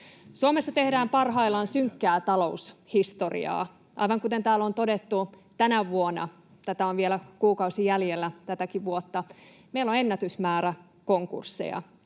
Suomessa tehdään parhaillaan synkkää taloushistoriaa. Aivan kuten täällä on todettu, tänä vuonna — ja vielä on kuukausi jäljellä tätäkin vuotta — meillä on ennätysmäärä konkursseja,